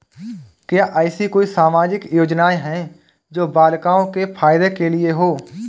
क्या ऐसी कोई सामाजिक योजनाएँ हैं जो बालिकाओं के फ़ायदे के लिए हों?